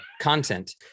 content